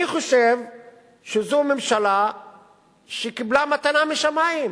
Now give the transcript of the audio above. אני חושב שזו ממשלה שקיבלה מתנה משמים.